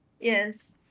Yes